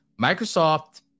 Microsoft